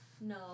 no